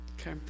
Okay